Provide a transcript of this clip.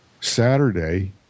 Saturday